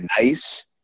nice